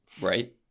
Right